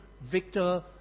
Victor